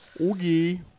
oogie